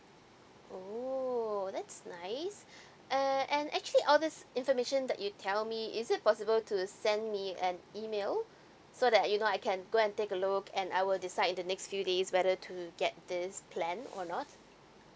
oo that's nice uh and actually all this information that you tell me is it possible to send me an email so that you know I can go and take a look and I will decide in the next few days whether to get this plan or not